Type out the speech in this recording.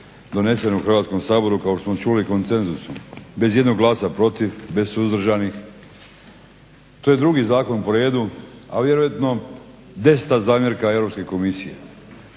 donesen u Hrvatskom saboru kao što smo čuli konsenzusom, bez ijednog glasa protiv, bez suzdržanih. To je drugi zakon po redu, a vjerojatno deseta zamjerka Europske komisije.